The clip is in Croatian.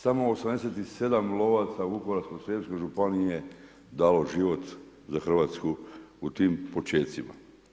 Samo 87 lovaca u Vukovarsko-srijemskoj županiji je dalo život za Hrvatsku u tim početcima.